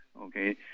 Okay